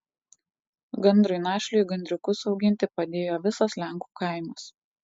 gandrui našliui gandriukus auginti padėjo visas lenkų kaimas